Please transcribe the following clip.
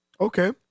okay